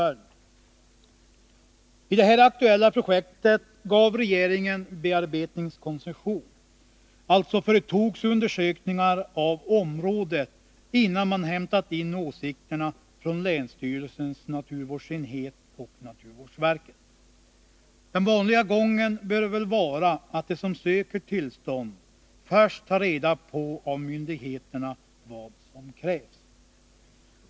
I fråga om det här aktuella projektet gav regeringen bearbetningskoncession, och det företogs alltså undersökningar av området innan man inhämtat åsikterna från länsstyrelsens naturvårdsenhet och naturvårdsverket. Den vanliga gången bör väl vara att de som söker tillstånd först tar reda på av myndigheterna vad som krävs.